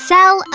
Sell